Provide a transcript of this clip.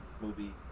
movie